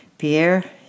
Pierre